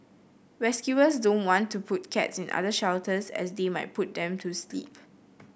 rescuers don't want to put cats in other shelters as they might put them to sleep